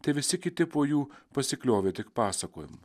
tai visi kiti po jų pasikliovė tik pasakojimu